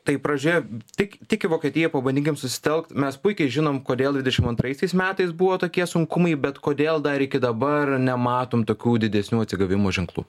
tai pradžia tik tik į vokietiją pabandykim susitelkt mes puikiai žinom kodėl dvidešimtantraisiais metais buvo tokie sunkumai bet kodėl dar iki dabar nematom tokių didesnių atsigavimo ženklų